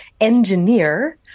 engineer